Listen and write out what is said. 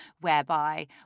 whereby